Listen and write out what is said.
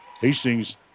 Hastings